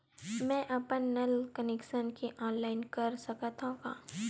मैं अपन नल कनेक्शन के ऑनलाइन कर सकथव का?